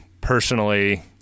personally